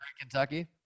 Kentucky